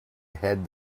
head